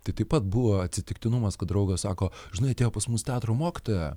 tai taip pat buvo atsitiktinumas kad draugas sako žinai atėjo pas mus teatro mokytoja